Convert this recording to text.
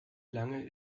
lange